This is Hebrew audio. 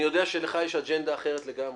אני יודע שלך יש אג'נדה אחרת לגמרי.